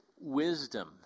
Wisdom